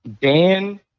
Dan